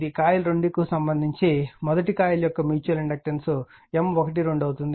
ఇది కాయిల్ 2 కు సంబంధించి కాయిల్ 1 యొక్క మ్యూచువల్ ఇండక్టెన్స్ M12 అవుతుంది